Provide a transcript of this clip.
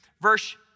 verse